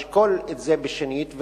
לשקול את זה שנית,